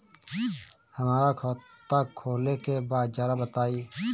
हमरा खाता खोले के बा जरा बताई